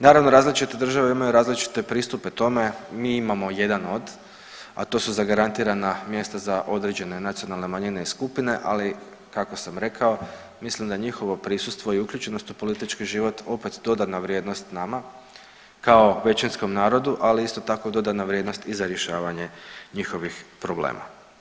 Naravno različite države imaju različite pristupe tome, mi imamo jedan od, a to su zagarantirana mjesta za određene nacionalne manjine i skupine, ali kako sam rekao mislim da njihovo prisustvo i uključenost u politički život opet dodana vrijednost nama kao većinskom narodu, ali isto tako dodana vrijednost i za rješavanje njihovih problema.